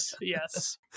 yes